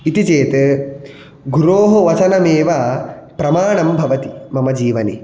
इति चेत् गुरोः वचनमेव प्रमाणं भवति मम जीवने